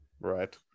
Right